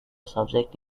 subjects